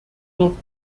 noch